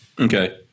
Okay